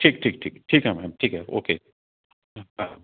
ठीकु ठीकु ठीकु ठीकु आहे मैडम ठीकु आहे ओके हा